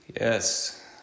Yes